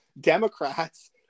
Democrats